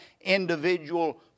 individual